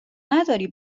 نداری